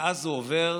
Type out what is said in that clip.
ואז הוא עובר